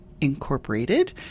Incorporated